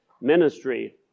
ministry